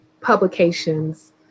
publications